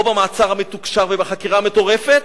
או במעצר המתוקשר ובחקירה המטורפת,